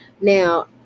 Now